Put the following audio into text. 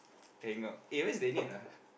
hang out eh where's Daniel ah